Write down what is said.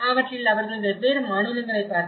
அவற்றில் அவர்கள் வெவ்வேறு மாநிலங்களைப் பார்த்தார்கள்